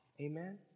amen